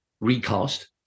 recast